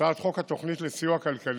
והצעת חוק התוכנית לסיוע כלכלי